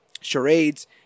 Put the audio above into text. charades